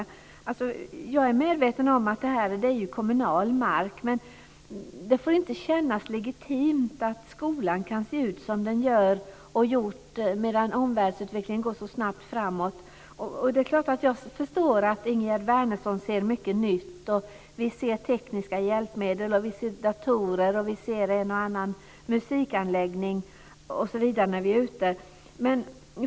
Jag är medveten om att detta är kommunal mark, men det får inte kännas legitimt att skolan kan se ut som den gör medan omvärldsutvecklingen går så snabbt framåt. Jag förstår att Ingegerd Wärnersson ser mycket nytt. Vi ser tekniska hjälpmedel, vi ser datorer och vi ser en och annan musikanläggning osv. när vi är ute.